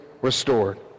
restored